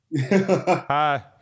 Hi